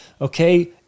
Okay